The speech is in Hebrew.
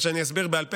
או שאני אסביר בעל פה,